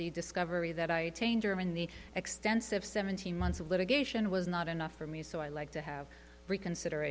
the discovery that i change or in the extensive seventeen months of litigation was not enough for me so i like to have reconsider